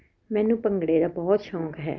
ਮੈਨੂੰ ਭੰਗੜੇ ਦਾ ਬਹੁਤ ਸ਼ੌਕ ਹੈ